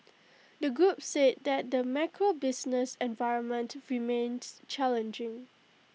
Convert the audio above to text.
the group said that the macro business environment remains challenging